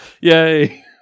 Yay